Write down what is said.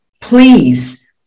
Please